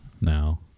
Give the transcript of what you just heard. now